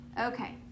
Okay